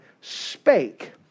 spake